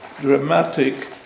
dramatic